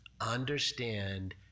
Understand